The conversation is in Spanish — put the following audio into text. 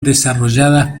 desarrolladas